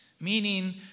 Meaning